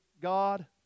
God